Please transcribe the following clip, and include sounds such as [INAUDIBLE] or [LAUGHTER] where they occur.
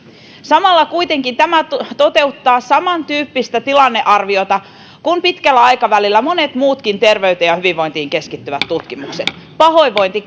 samalla kuitenkin tämä toteuttaa samantyyppistä tilannearviota kuin pitkällä aikavälillä monet muutkin terveyteen ja hyvinvointiin keskittyvät tutkimukset pahoinvointi [UNINTELLIGIBLE]